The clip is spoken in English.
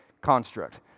construct